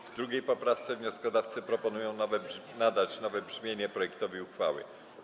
W 2. poprawce wnioskodawcy proponują nadać nowe brzmienie projektowi uchwały.